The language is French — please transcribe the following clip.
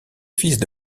fils